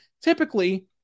Typically